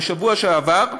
בשבוע שעבר,